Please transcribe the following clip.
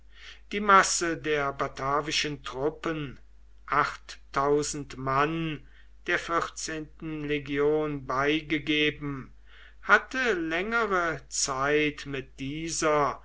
die masse der batavischen truppen mann der vierzehnten legion beigegeben hatte längere zeit mit dieser